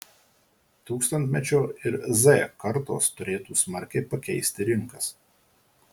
tūkstantmečio ir z kartos turėtų smarkiai pakeisti rinkas